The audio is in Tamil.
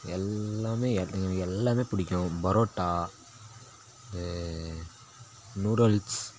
எல்லாமே எ எல்லாமே பிடிக்கும் பரோட்டா நூடுல்ஸ்